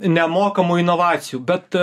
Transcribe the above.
nemokamų inovacijų bet